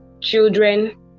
children